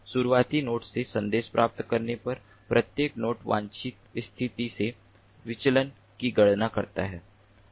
शुरुआती नोड से संदेश प्राप्त करने पर प्रत्येक नोड वांछित स्थिति से विचलन की गणना करता है